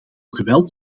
geweld